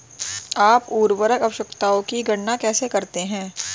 आप उर्वरक आवश्यकताओं की गणना कैसे करते हैं?